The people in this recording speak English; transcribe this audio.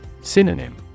Synonym